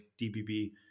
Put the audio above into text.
DBB